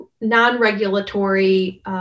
non-regulatory